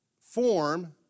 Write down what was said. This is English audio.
form